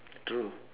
true